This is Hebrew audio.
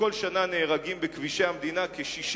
בכל שנה נהרגים בכבישי המדינה כ-60